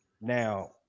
Now